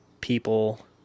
people